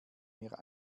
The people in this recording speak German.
mir